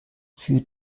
für